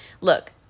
look